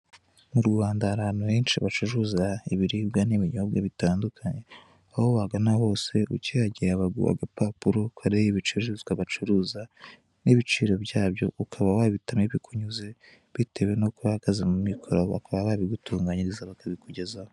Mu Rwanda hari ahantu henshi bacuruza ibiribwa n'ibinyobwa bitandukanye, aho wagana hose ukihagera baguha agapapuro kariho ibicuruzwa bacuruza, n'ibiciro byabyo ukaba wahitamamo ibikunyuze bitewe n'uko uhagaze mu mikoro, bakaba babigutunganyiriza bakabikugezaho.